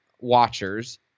watchers